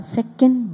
Second